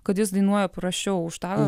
kad jis dainuoja prasčiau už tą